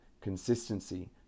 Consistency